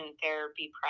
therapy